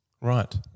Right